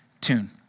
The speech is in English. tune